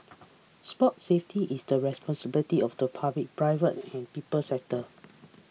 sports safety is the responsibility of the public private and people sectors